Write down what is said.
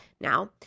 Now